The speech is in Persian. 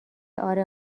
اره